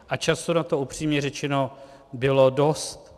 A času na to upřímně řečeno bylo dost.